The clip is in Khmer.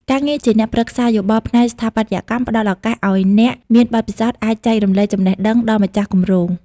ការងារជាអ្នកប្រឹក្សាយោបល់ផ្នែកស្ថាបត្យកម្ម ផ្ដល់ឱកាសឱ្យអ្នកមានបទពិសោធន៍អាចចែករំលែកចំណេះដឹងដល់ម្ចាស់គម្រោង។